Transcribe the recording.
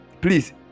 Please